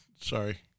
Sorry